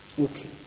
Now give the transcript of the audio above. Okay